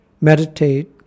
Meditate